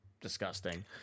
disgusting